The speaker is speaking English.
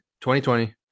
2020